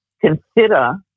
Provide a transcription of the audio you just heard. consider